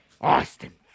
Austin